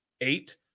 eight